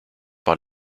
par